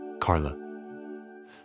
Carla